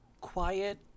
quiet